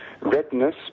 redness